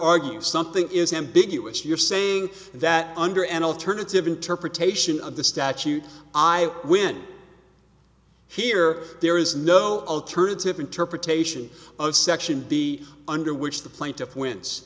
argue something is ambiguous you're saying that under an alternative interpretation of the statute i win here there is no alternative interpretation of section b under which the plaintiff win